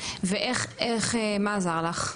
ואיך, מה עזר לך?